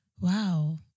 Wow